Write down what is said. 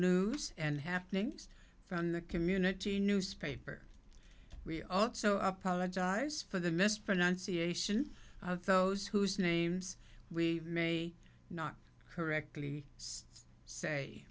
news and happenings from the community newspaper we also apologize for the mispronunciation of those whose names we may not correctly say